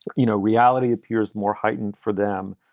but you know, reality appears more heightened for them.